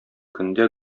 көндә